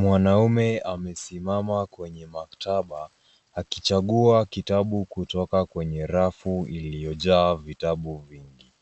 Mwanaume amesimama kwenye maktaba akichagua kitabu kutoka kwenye rafu iliyojaa vitabu vingi.